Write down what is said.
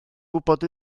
gwybod